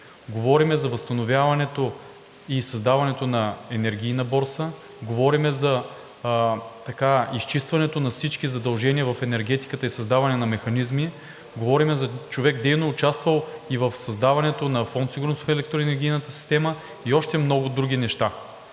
Говорим за възстановяването и създаването на Енергийна борса, говорим за изчистването на всички задължения в енергетиката и създаване на механизми, говорим за човек, дейно участвал и в създаването на Фонд „Сигурност“ в електроенергийната система, и още много други неща.